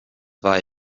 war